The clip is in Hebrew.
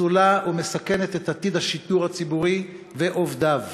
פסולות ומסכנות את עתיד השידור הציבורי ועובדיו.